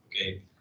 okay